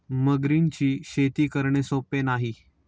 मगरींची शेती करणे सोपे नाही